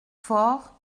fort